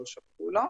לא שלחו לו.